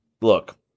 look